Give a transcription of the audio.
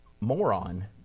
moron